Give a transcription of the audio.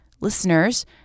listeners